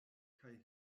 kaj